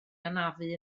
anafu